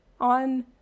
on